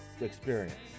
experience